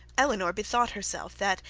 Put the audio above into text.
eleanor bethought herself that,